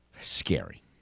Scary